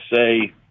say